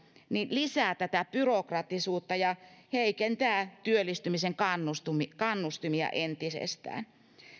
lisää byrokraattisuutta ja heikentää työllistymisen kannustimia kannustimia entisestään